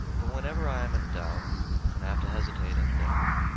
but whenever i am in doubt and have to hesitate and think,